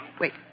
Wait